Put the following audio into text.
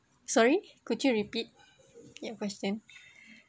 sorry could you repeat your question